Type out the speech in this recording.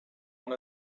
one